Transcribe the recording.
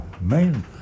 main